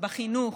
בחינוך,